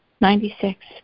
Ninety-six